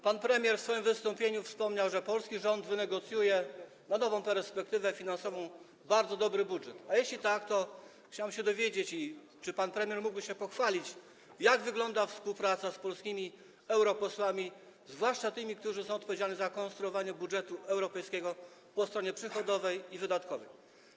Pan premier w swoim wystąpieniu wspomniał, że polski rząd wynegocjuje na nową perspektywę finansową bardzo dobry budżet, a jeśli tak, to chciałem się dowiedzieć, czy pan premier mógłby się pochwalić, jak wygląda współpraca z polskimi europosłami, zwłaszcza tymi, którzy są odpowiedzialni za konstruowanie budżetu europejskiego po stronie przychodowej i wydatkowej.